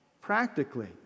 Practically